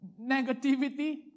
negativity